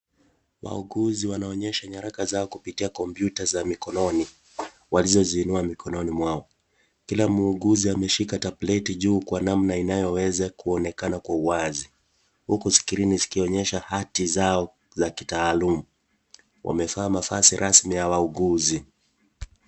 Wauguzi wanaonyesha nyaraka zao kupitia kompyuta za mikononi walizoziinua mikononi mwao, kila muuguzi ameshika tableti juu kwa namna inayoweza kuonekana kwa wazi huku skrini zikionyesha hati zao za kitaalum, wamevaa mavazi rasmi ya wauguzi.